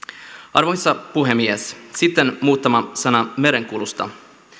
arvoisa puhemies sitten muutama sana merenkulusta